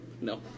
No